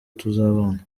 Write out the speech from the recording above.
tuzabana